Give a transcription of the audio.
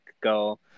go